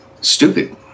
stupid